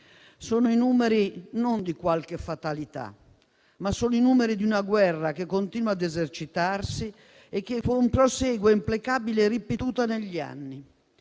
sono i numeri, non di qualche fatalità, ma sono i numeri di una guerra, che continua a esercitarsi e che prosegue implacabile e ripetuta negli anni.